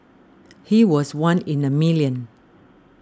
he was one in a million